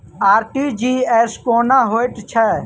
RTGS कोना होइत छै?